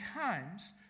times